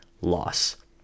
loss